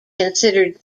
considered